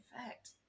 effect